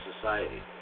society